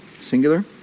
singular